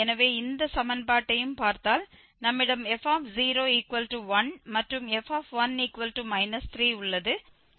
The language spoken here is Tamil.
எனவே இந்த சமன்பாட்டையும் பார்த்தால் நம்மிடம் f01 மற்றும் f1 3 உள்ளது